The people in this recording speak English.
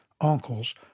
uncles